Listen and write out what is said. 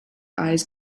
eyes